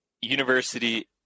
University